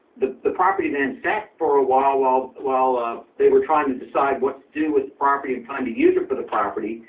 the the property then sat for a while while, while they were trying to decide what to do with the property and find a user for the property.